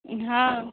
हँ